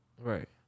Right